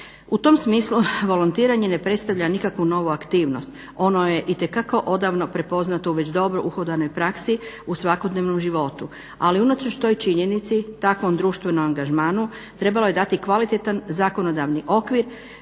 U tom smislu volontiranje ne predstavlja nikakvu novu aktivnost, ono je itekako odavno prepoznato u već dobro uhodanoj praksi u svakodnevnom životu, ali unatoč toj činjenici, takvom društvenom angažmanu trebalo je dati kvalitetan zakonodavni okvir